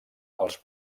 els